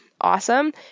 awesome